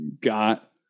got –